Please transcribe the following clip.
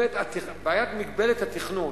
בעיית מגבלת התכנון,